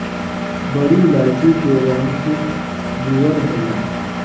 बड़ी इलायची के रंग भूअर होला